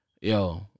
yo